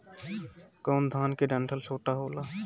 कौन धान के डंठल छोटा होला?